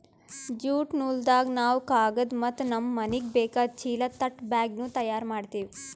jute ನೂಲ್ದಾಗ್ ನಾವ್ ಕಾಗದ್ ಮತ್ತ್ ನಮ್ಮ್ ಮನಿಗ್ ಬೇಕಾದ್ ಚೀಲಾ ತಟ್ ಬ್ಯಾಗ್ನು ತಯಾರ್ ಮಾಡ್ತೀವಿ